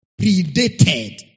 Predated